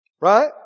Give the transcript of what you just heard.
Right